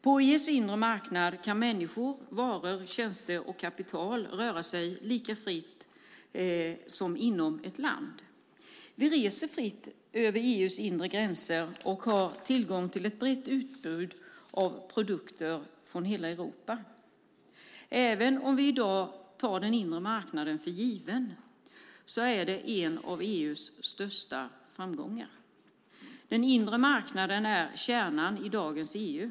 På EU:s inre marknad kan människor, varor, tjänster och kapital röra sig lika fritt som inom ett land. Vi reser fritt över EU:s inre gränser och har tillgång till ett brett utbud av produkter från hela Europa. Även om vi i dag tar den inre marknaden för given är den en av EU:s största framgångar. Den inre marknaden är kärnan i dagens EU.